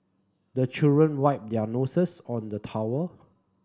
the children wipe their noses on the towel